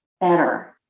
better